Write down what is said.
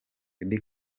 eddy